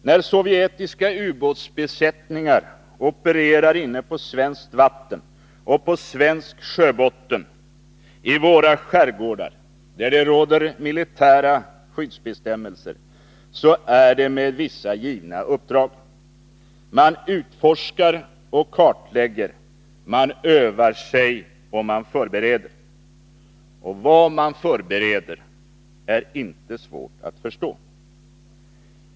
När sovjetiska ubåtsbesättningar opererar inne på svenskt vatten och på svensk sjöbotten i våra skärgårdar, där det råder militära skyddsbestämmelser, är det med vissa givna uppdrag. Man utforskar och kartlägger, man övar sig och man förbereder. Vad man förbereder är inte svårt att förstå.